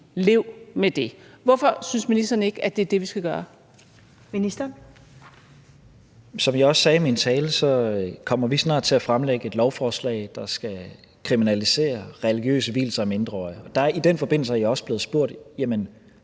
og integrationsministeren (Mattias Tesfaye): Som jeg også sagde i min tale, kommer vi snart til at fremsætte et lovforslag, der skal kriminalisere religiøse vielser af mindreårige. I den forbindelse er jeg også blevet spurgt, om